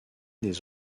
des